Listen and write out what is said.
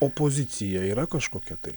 opozicija yra kažkokia tai